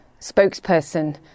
spokesperson